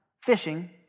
fishing